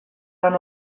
lan